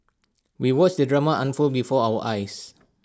we watched the drama unfold before our eyes